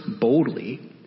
boldly